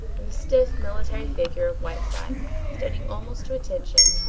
and the stiff military figure of whiteside standing almost to attention,